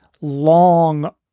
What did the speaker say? long